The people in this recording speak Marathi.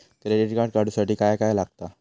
क्रेडिट कार्ड काढूसाठी काय काय लागत?